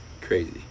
Crazy